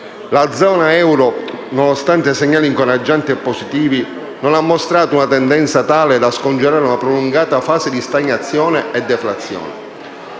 La zona euro, nonostante segnali incoraggianti e positivi, non ha mostrato una tendenza tale da scongiurare una prolungata fase di stagnazione e deflazione.